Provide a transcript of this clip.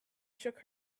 shook